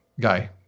guy